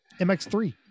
MX3